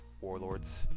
warlords